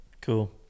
Cool